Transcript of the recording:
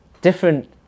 different